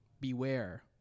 beware